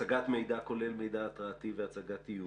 הצגת מידע, כולל מידע התראתי והצגת איומים,